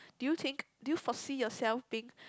do you think do you foresee yourself being